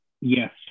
Yes